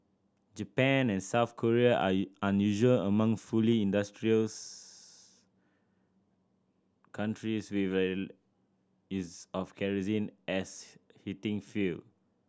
Japan and South Korea are are unusual among fully industrialised countries with is of kerosene as heating fuel